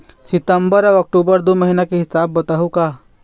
सितंबर अऊ अक्टूबर दू महीना के हिसाब बताहुं का?